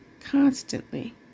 constantly